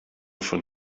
von